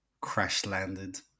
crash-landed